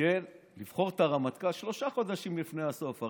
לבחור את הרמטכ"ל שלושה חודשים לפני הסוף.